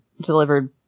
delivered